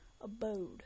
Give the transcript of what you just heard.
abode